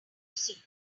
see